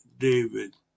David